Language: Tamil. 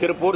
திருப்பூர்